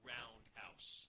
Roundhouse